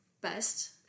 best